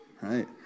right